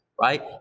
right